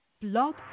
blog